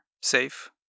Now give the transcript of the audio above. safe